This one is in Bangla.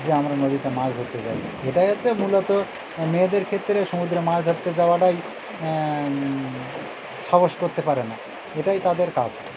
যে আমরা নদীতে মাছ ধরতে যাই এটাই হচ্ছে মূলত মেয়েদের ক্ষেত্রে সমুদ্রে মাছ ধরতে যাওয়াটাই সাহস করতে পারে না এটাই তাদের কাজ